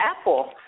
Apple